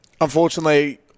Unfortunately